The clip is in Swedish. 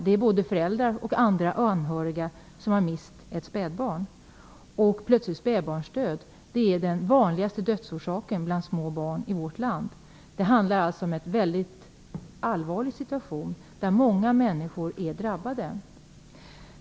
Det är både föräldrar och andra anhöriga som har mist ett spädbarn. Plötslig spädbarnsdöd är den vanligaste dödsorsaken bland små barn i vårt land. Det handlar alltså om en väldigt allvarlig situation, där många människor är drabbade.